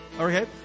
Okay